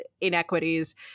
inequities